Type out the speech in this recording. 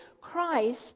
christ